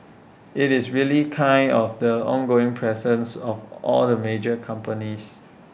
IT is really kind of the ongoing presence of all the major companies